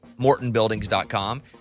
MortonBuildings.com